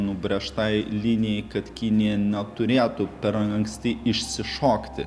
nubrėžtai linijai kad kinija neturėtų per anksti išsišokti